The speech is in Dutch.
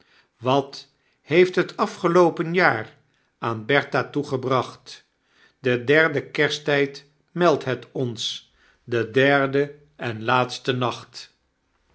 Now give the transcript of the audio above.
wat heeft het afgeloopen jaar aan bertha toegebracht de derde kersttgd meldt het ons de derde en laatste nacht